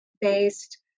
based